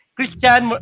Christian